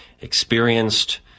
Experienced